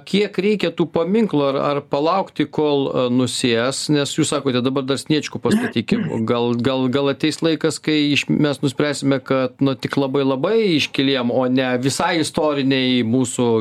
kiek reikia tų paminklų ar ar palaukti kol nusės nes jūs sakote dabar dar sniečkų pastatykim gal gal gal ateis laikas kai mes nuspręsime kad na tik labai labai iškiliem o ne visai istorinei mūsų